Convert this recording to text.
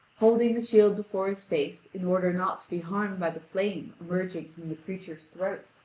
holding the shield before his face in order not to be harmed by the flame emerging from the creature's throat,